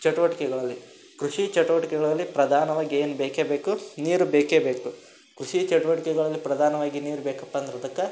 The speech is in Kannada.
ಚಟುವಟಿಕೆಗಳಲ್ಲಿ ಕೃಷಿ ಚಟುವಟಿಕೆಗಳಲ್ಲಿ ಪ್ರಧಾನವಾಗಿ ಏನು ಬೇಕೆ ಬೇಕು ನೀರು ಬೇಕೇ ಬೇಕು ಕೃಷಿ ಚಟುವಟಿಕೆಗಳಲ್ಲಿ ಪ್ರಧಾನವಾಗಿ ನೀರು ಬೇಕಪ್ಪ ಅಂದ್ರದಕ್ಕೆ